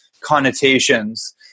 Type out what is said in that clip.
connotations